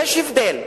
יש הבדל.